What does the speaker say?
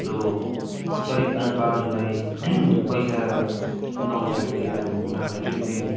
हाम्रो गरिब जनताहरूलाई पैसा नहुँदाखेरि अब उनीहरूलाई ट्रिटमेन्ट